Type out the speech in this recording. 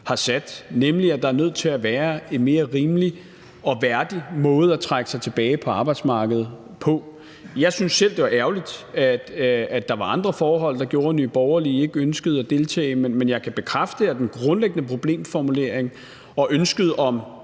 har sat, nemlig at der er nødt til at være en mere rimelig og værdig måde at trække sig tilbage fra arbejdsmarkedet på. Jeg synes selv, at det var ærgerligt, at der var andre forhold, der gjorde, at Nye Borgerlige ikke ønskede at deltage, men jeg kan bekræfte, at den grundlæggende problemformulering og ønsket om